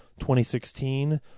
2016